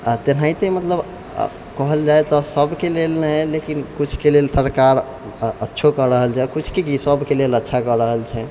तेनहाइते मतलब कहल जाय तऽ सभके लेल नहि लेकिन किछु के लेल सरकार अच्छो कऽ रहल छै किछु की सभके लेल अच्छा कऽ रहल छै